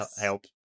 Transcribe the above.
help